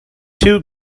two